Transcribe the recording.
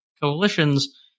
coalitions